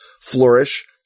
flourish